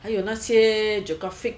还有那些 geographic